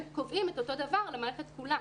הם קובעים את אותו דבר למערכת כולה.